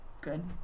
good